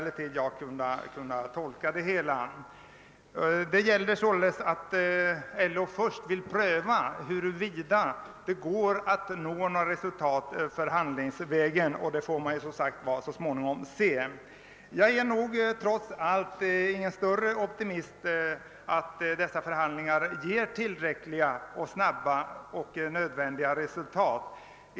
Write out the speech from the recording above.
LO vill alltså först pröva huruvida det går att först nå resultat förhandlingsvägen, och det får man som sagt så småningom se. Jag är nog trots allt inte särskilt optimistisk beträffande möjligheterna att förhandlingarna snabbt leder till tillräckliga och nödvändiga resultat.